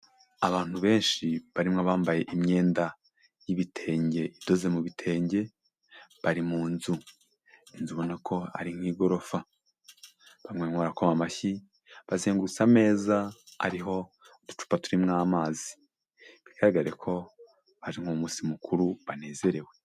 Abantu benshi barimo abambaye imyenda y'ibitenge, idoze mu bitenge. Bari mu nzu, inzu ubona ko ari nk'igorofa. Bamwe barimo barakoma amashyi bazengurutse ameza ariho uducupa turimo amazi, bigaragare ko baje nko mu munsi mukuru banezerewe.